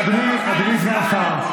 אדוני סגן השר,